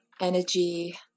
energy